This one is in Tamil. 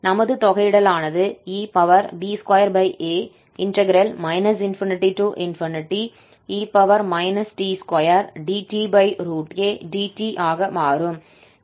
நமது தொகையிடலானது eb2a ∞e t2dtadt ஆக மாறும்